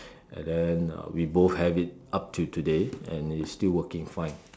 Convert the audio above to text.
and then um we both have it up to today and is still working fine